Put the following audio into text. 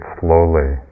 slowly